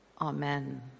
amen